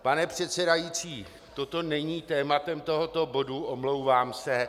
Pane předsedající, toto není tématem tohoto bodu, omlouvám se.